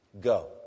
go